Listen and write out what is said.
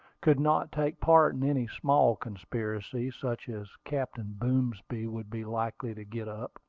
could not take part in any small conspiracy, such as captain boomsby would be likely to get up.